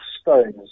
stones